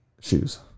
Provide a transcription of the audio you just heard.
Shoes